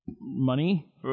Money